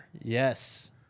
Yes